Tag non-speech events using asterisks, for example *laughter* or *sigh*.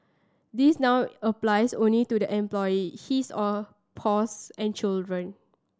this now applies only to the employee his or *unintelligible* and children